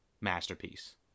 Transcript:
masterpiece